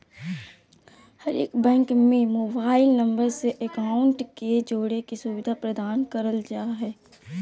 हरेक बैंक में mobile number से अकाउंट के जोड़े के सुविधा प्रदान कईल जा हइ